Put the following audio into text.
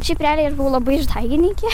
šiaip realiai ir labai išdaigininkė